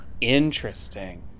Interesting